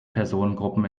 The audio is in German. personengruppen